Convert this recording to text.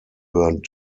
burned